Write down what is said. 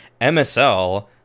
MSL